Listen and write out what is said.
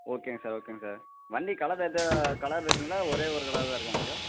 ஓகேங்க சார் ஓகேங்க சார் வண்டி கலர் வந்து கலர் இருக்குங்களா ஒரே ஒரு கலர் தான் இருக்காங்க சார்